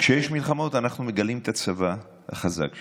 כשיש מלחמות אנחנו מגלים את הצבא החזק שלנו,